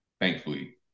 thankfully